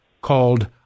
called